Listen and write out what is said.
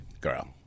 girl